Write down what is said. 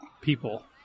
people